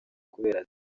kubera